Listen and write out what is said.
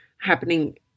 happening